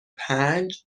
پنج